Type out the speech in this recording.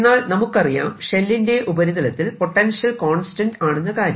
എന്നാൽ നമുക്കറിയാം ഷെല്ലിന്റെ ഉപരിതലത്തിൽ പൊട്ടൻഷ്യൽ കോൺസ്റ്റന്റ് ആണെന്ന കാര്യം